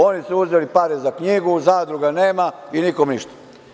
Ovi su uzeli pare za knjigu, zadruga nema i nikom ništa.